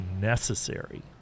necessary